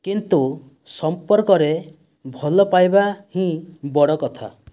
କିନ୍ତୁ ସମ୍ପର୍କରେ ଭଲ ପାଇବା ହିଁ ବଡ଼ କଥା